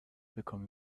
become